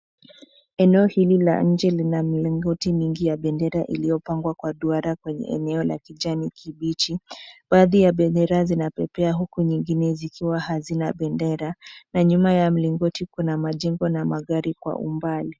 Eneo hili la nje mina milingoti mingi ya bendera iliyopangwa kwa duara kwenye eneo lenye kijani kibichi. Baadhi ya bendera zinapepea huku nyingine zikiwa hazina bendera na nyuma ya mlingoti kuna majengo na magari kwa umbali.